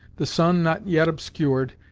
the sun, not yet obscured,